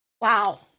Wow